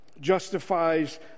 justifies